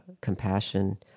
compassion